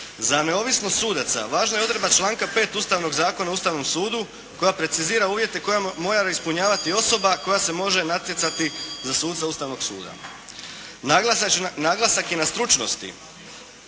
Za neovisnost sudaca važna je odredba članka 5. Ustavnog zakona o Ustavnom sudu koja precizira uvjete koje mora ispunjavati osoba koja se može natjecati za suca Ustavnog suda. Naglasak je na stručnosti